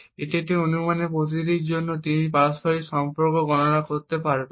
এই কী অনুমানগুলির প্রতিটির জন্য তিনি পারস্পরিক সম্পর্ক সহগ গণনা করবেন